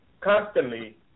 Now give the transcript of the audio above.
constantly